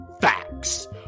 facts